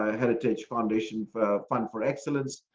heritage foundation for fun for excellence.